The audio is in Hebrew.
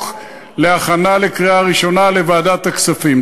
החוק להכנה לקריאה ראשונה לוועדת הכספים.